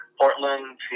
Portland